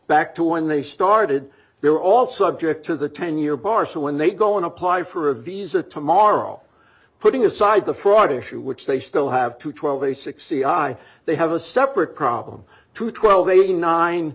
back to when they started they were all subject to the ten year bar so when they go and apply for a visa tomorrow putting aside the fraud issue which they still have to twelve eighty six c i they have a separate problem to twelve eighty nine